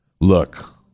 look